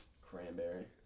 Cranberry